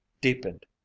deepened